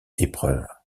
épreuve